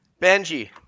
Benji